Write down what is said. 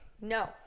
No